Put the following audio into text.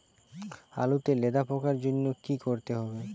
আলুতে লেদা পোকার জন্য কি করতে হবে?